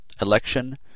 election